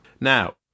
Now